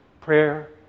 Prayer